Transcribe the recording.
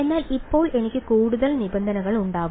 എന്നാൽ ഇപ്പോൾ എനിക്ക് കൂടുതൽ നിബന്ധനകൾ ഉണ്ടാകും